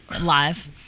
live